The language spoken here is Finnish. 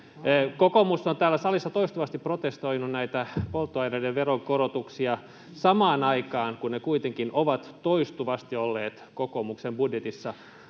Kokoomus on täällä salissa toistuvasti protestoinut näitä polttoaineiden veronkorotuksia samaan aikaan, kun ne kuitenkin ovat toistuvasti olleet kokoomuksen vaihtoehtobudjetissa.